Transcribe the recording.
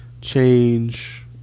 change